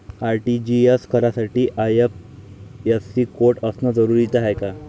RTGS करासाठी IFSC code असनं जरुरीच हाय का?